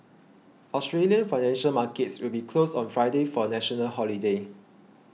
Australian financial markets will be closed on Friday for a national holiday